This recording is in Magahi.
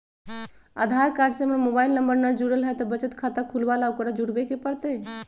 आधार कार्ड से हमर मोबाइल नंबर न जुरल है त बचत खाता खुलवा ला उकरो जुड़बे के पड़तई?